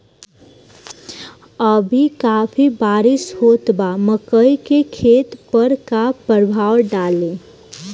अभी काफी बरिस होत बा मकई के खेत पर का प्रभाव डालि?